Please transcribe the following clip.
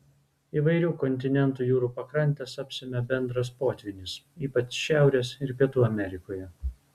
įvairių kontinentų jūrų pakrantes apsemia bendras potvynis ypač šiaurės ir pietų amerikoje